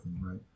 right